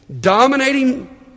dominating